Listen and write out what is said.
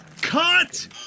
Cut